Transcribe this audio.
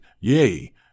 yea